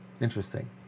Interesting